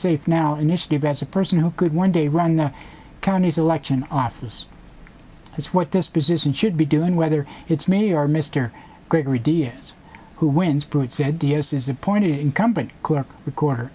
safe now initiative as a person who could one day run the county's election office that's what this position should be doing whether it's me or mr gregory dns who wins pruitt said d s is appointed incumbent clerk recorder